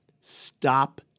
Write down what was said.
Stop